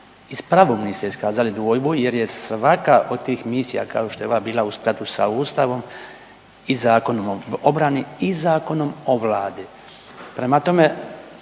I s pravom niste iskazali dvojbu jer je svaka od tih misija kao što je ova bila u skladu sa Ustavom i Zakonom o obrani i Zakonom o Vladi. Prema tome,